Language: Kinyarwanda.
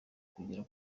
kugera